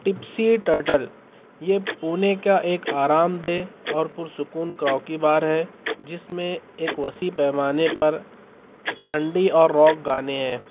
Tipsy Turtle یہ پونے کا ایک آرام دہ اور پرسکون کراوکی بار ہے جس میں ایک وسیع پیمانے پر انڈی اور راک گانے ہیں